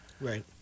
Right